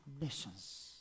nations